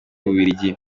bubiligi